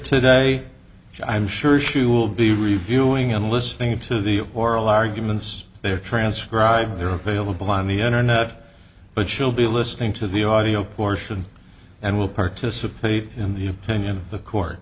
which i'm sure she will be reviewing and listening to the oral arguments they are transcribed they're available on the internet but she'll be listening to the audio portion and will participate in the opinion of the court